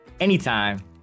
anytime